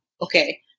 okay